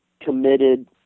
committed